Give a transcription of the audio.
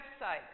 website